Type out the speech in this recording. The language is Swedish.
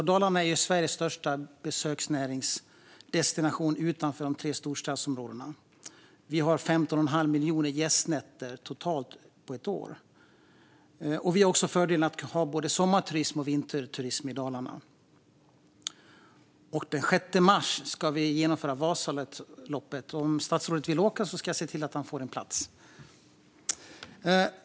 Dalarna är Sveriges största besöksnäringsdestination utanför de tre storstadsområdena; vi har totalt 15 1⁄2 miljon gästnätter på ett år. Vi har också fördelen att ha både sommarturism och vinterturism i Dalarna. Den 6 mars ska vi genomföra Vasaloppet, och om statsrådet vill åka ska jag se till att han får en plats!